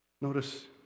Notice